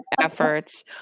efforts